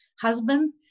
husband